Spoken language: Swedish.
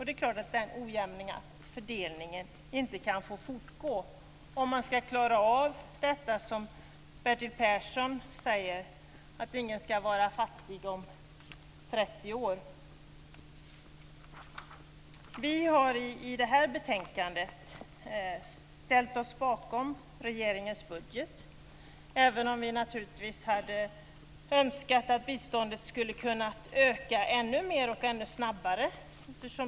Det är klart att den ojämna fördelningen inte kan få fortgå om man ska klara av det som Bertil Persson säger, nämligen att om 30 år ska ingen vara fattig. Vi har i detta betänkande ställt oss bakom regeringens budget, även om vi naturligtvis hade önskat att biståndet hade ökat ännu mer ännu snabbare.